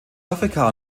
afrika